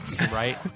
Right